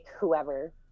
whoever